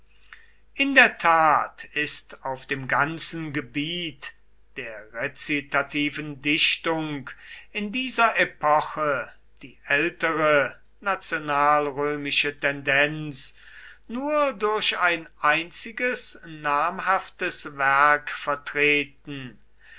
in der tat ist auf dem ganzen gebiet der rezitativen dichtung in dieser epoche die ältere nationalrömische tendenz nur durch ein einziges namhaftes werk vertreten